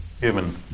human